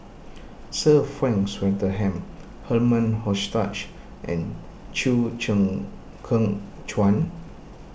Sir Frank Swettenham Herman Hochstadt and Chew Cheng Kheng Chuan